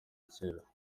kera